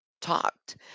talked